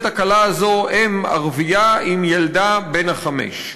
הקלה הזאת אם ערבייה עם ילדה בן החמש,